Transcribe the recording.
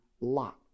Lot